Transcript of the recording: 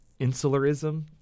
insularism